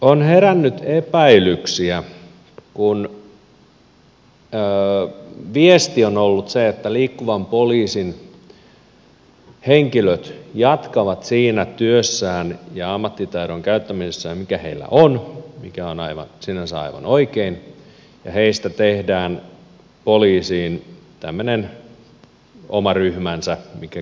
on herännyt epäilyksiä kun viesti on ollut se että liikkuvan poliisin henkilöt jatkavat siinä työssään ja ammattitaidon käyttämisessään mikä heillä on mikä on sinänsä aivan oikein ja heistä tehdään poliisiin tämmöinen oma ryhmänsä mikä keskittyy liikennevalvontaan